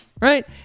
right